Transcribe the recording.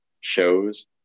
shows